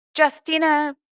Justina